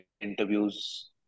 interviews